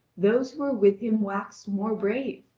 those who were with him waxed more brave,